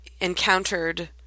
encountered